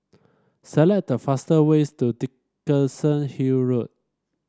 select the fastest ways to Dickenson Hill Road